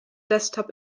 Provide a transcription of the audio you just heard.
desktop